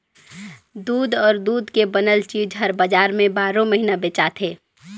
दूद अउ दूद के बनल चीज हर बजार में बारो महिना बेचाथे